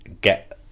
get